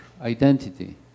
identity